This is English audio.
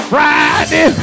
Friday